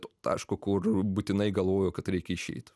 to taško kur būtinai galvoju kad reikia išeit